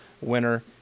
winner